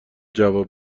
جواب